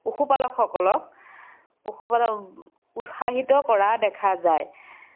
পশুপালকসকলক পশুপালক উৎসাহিত কৰা দেখা যায়